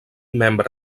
membre